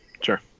Sure